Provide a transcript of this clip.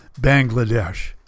Bangladesh